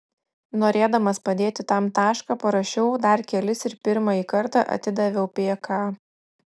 norėdamas padėti tam tašką parašiau dar kelis ir pirmąjį kartą atidaviau pk